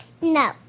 No